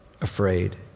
afraid